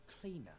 cleaner